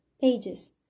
Pages